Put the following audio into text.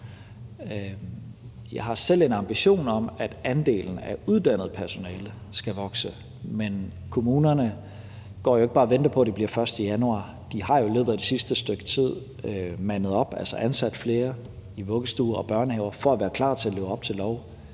Jeg har selv en ambition om, at andelen af uddannet personale skal vokse, men kommunerne går jo ikke bare og venter på, at det bliver den 1. januar. De har jo i løbet af det sidste stykke tid mandet op, altså ansat flere i vuggestuer og børnehaver, for at være klar til at leve op til